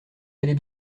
allez